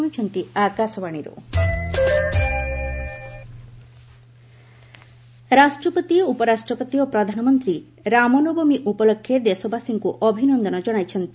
ରାମ ନବମୀ ରାଷ୍ଟ୍ରପତି ଉପରାଷ୍ଟ୍ରପତି ଓ ପ୍ରଧାନମନ୍ତ୍ରୀ ରାମ ନବମୀ ଉପଲକ୍ଷେ ଦେଶବାସୀଙ୍କୁ ଅଭିନନ୍ଦନ ଜଣାଇଛନ୍ତି